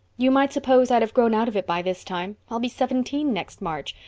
you might suppose i'd have grown out of it by this time. i'll be seventeen next march.